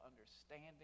understanding